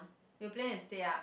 we planning to stay up